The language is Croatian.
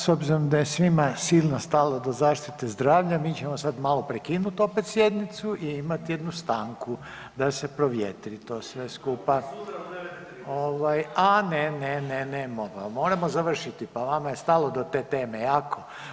S obzirom da je svima silno stalo do zaštite zdravlja mi ćemo sad malo prekinut opet sjednicu i imat jednu stanku, da se provjetri to sve skupa [[Upadica: I sutra u 9 i 30.]] ovaj, a ne, ne, ne, moramo završiti pa vama je stalo do te teme jako.